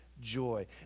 joy